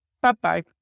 bye-bye